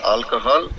Alcohol